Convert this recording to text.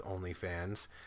OnlyFans